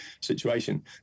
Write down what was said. situation